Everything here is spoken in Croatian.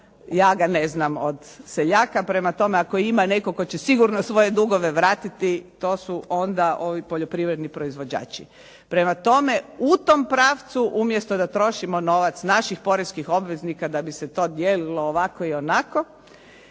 ja ga ne znam od seljaka. Prema tome, ako ima neto sigurno tko će svoje dugove vratiti to su onda ovi poljoprivredni proizvođači. Prema tome, u tome pravcu umjesto da trošimo novac naših poreskih obveznika da bi se to dijelilo ovako i onako,